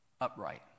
Upright